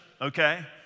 okay